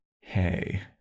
hey